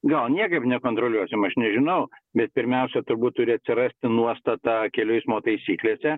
gal niekaip nekontroliuosim aš nežinau bet pirmiausia turbūt turi atsirasti nuostata kelių eismo taisyklėse